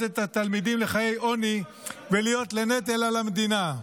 את התלמידים לחיי עוני ולהיות לנטל על המדינה,